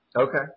Okay